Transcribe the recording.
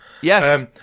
Yes